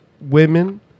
women